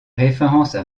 références